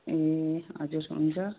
ए हजुर हुन्छ